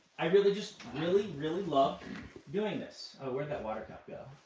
i really just really, really loved doing this. oh, where'd that water cup go?